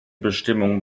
bestimmungen